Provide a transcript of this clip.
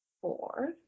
four